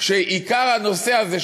שעיקר הנושא הזה,